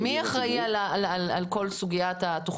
מי אחראי על כל סוגיית התכנית?